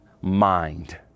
mind